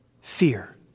fear